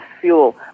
fuel